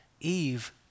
Eve